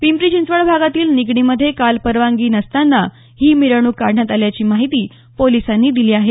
पिंप्री चिंचवड भागातील निगडीमध्ये काल परवानगी नसताना ही मिरवणूक काढण्यात आल्याची माहिती पोलिसांनी दिली आहे